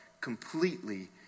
completely